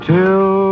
Till